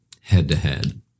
head-to-head